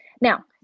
Now